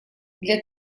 для